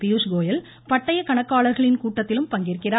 பியூஷ்கோயல் பட்டயக் கணக்காளர்களின் கூட்டத்திலும் பங்கேற்கிறார்